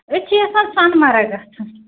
أسۍ چھِ یَژھان سۄنہٕ مرٕگ گَژھُن